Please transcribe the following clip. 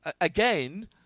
again